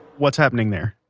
what's happening there?